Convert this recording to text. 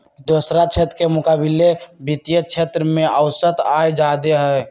दोसरा क्षेत्र के मुकाबिले वित्तीय क्षेत्र में औसत आय जादे हई